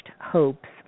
hopes